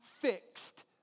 fixed